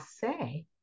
say